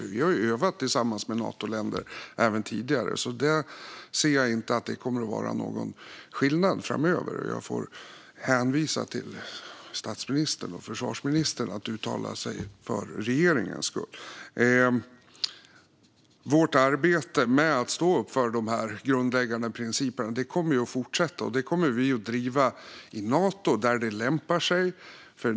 Vi har ju övat tillsammans med Natoländer även tidigare, så jag ser inte att det kommer att vara någon skillnad framöver. Jag får hänvisa till statsministern och försvarsministern, som kan uttala sig för regeringen. Vårt arbete med att stå upp för dessa grundläggande principer kommer att fortsätta, och vi kommer att driva det i Nato där det lämpar sig.